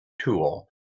tool